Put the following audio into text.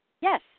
Yes